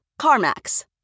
CarMax